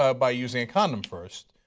ah by using a condom first.